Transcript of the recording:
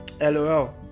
lol